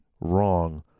wrong